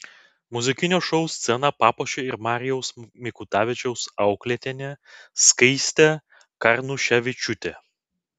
muzikinio šou sceną papuošė ir marijaus mikutavičiaus auklėtinė skaistė karnuševičiūtė